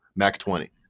MAC20